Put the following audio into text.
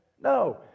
No